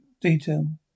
detail